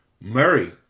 Murray